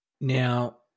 Now